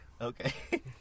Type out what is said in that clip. Okay